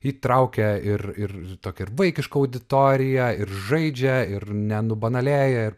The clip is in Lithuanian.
įtraukia ir ir tokia ir vaikiška auditorija ir žaidžia ir nenubanalėja ir